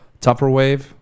Tupperwave